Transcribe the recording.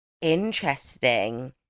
Interesting